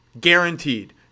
Guaranteed